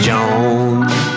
Jones